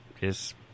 Yes